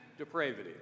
depravity